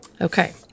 Okay